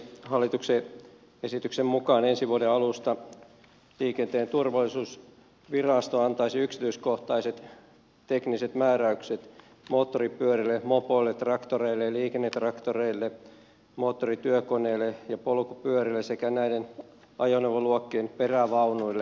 hallituksen esityksen mukaan ensi vuoden alusta liikenteen turvallisuusvirasto antaisi yksityiskohtaiset tekniset määräykset moottoripyörille mopoille traktoreille ja liikennetraktoreille moottorityökoneille ja polkupyörille sekä näiden ajoneuvoluokkien perävaunuille